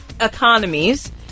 economies